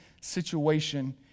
situation